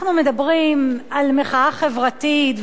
אנחנו מדברים על מחאה חברתית,